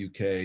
UK